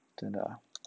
真的啊